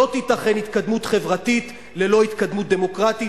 לא תיתכן התקדמות חברתית ללא התקדמות דמוקרטית